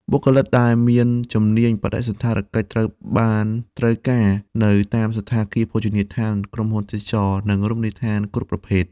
បុគ្គលិកដែលមានជំនាញបដិសណ្ឋារកិច្ចត្រូវបានត្រូវការនៅតាមសណ្ឋាគារ ភោជនីយដ្ឋាន ក្រុមហ៊ុនទេសចរណ៍ និងរមណីយដ្ឋានគ្រប់ប្រភេទ។